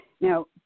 Now